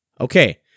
Okay